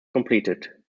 completed